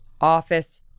office